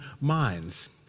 minds